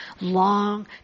long